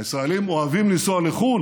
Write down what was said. מזכירת הכנסת,